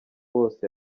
bose